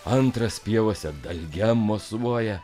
antras pievose dalge mosuoja